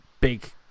big